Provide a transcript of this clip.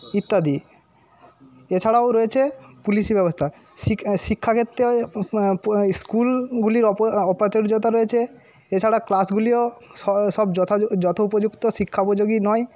ইত্যাদি এছাড়াও রয়েছে পুলিশি ব্যবস্থা শিক্ষাক্ষেত্রে স্কুলগুলির অপা অপ্রাচুর্যতা রয়েছে এছাড়া ক্লাসগুলিও সব যথোপযুক্ত শিক্ষা উপযোগী নয়